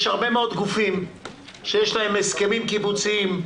יש הרבה מאוד גופים שיש להם הסכמים קיבוציים,